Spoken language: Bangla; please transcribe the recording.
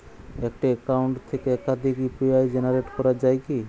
একটি অ্যাকাউন্ট থেকে একাধিক ইউ.পি.আই জেনারেট করা যায় কি?